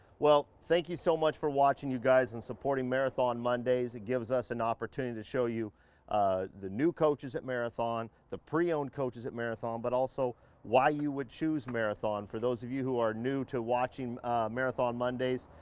well, thank you so much for watching you guys and supporting marathon mondays. it gives us an opportunity to show you ah the new coaches at marathon, the pre-owned coaches at marathon but also why you would choose marathon. for those of you who are new to watching marathon mondays,